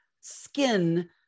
skin